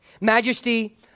Majesty